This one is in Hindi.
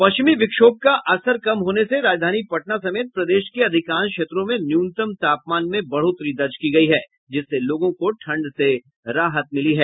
पश्चिमी विक्षोभ का असर कम होने से राजधानी पटना समेत प्रदेश के अधिकांश क्षेत्रों में न्यूनतम तापमान में बढोतरी दर्ज की गयी है जिससे लोगों को ठंड से राहत मिली है